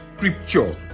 Scripture